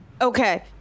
Okay